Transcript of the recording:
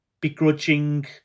begrudging